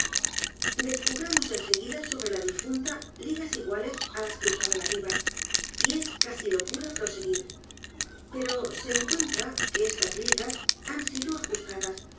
descubramos en seguida sobre ladifunta ligas iguales á las que usaba la viva y es casi locura proseguir pero se encuentra que estas ligas han sido ajustadas